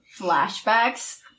flashbacks